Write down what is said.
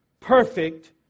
perfect